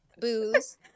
Booze